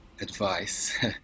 advice